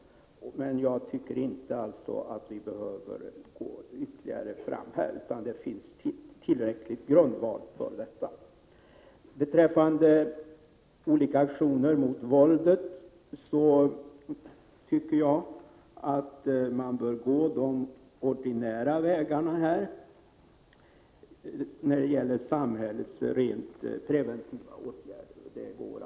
Men jag tycker inte att vi behöver gå längre på den här punkten utan menar att det finns tillräcklig grundval för detta firande. Beträffande olika aktioner mot våldet tycker jag att man när det gäller samhällets helt preventiva åtgärder kan gå fram på de ordinära vägarna.